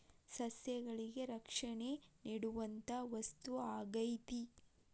ಸಸ್ಯಗಳಿಗೆ ರಕ್ಷಣೆ ನೇಡುವಂತಾ ವಸ್ತು ಆಗೇತಿ